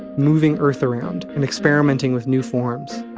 moving earth around and experimenting with new forms.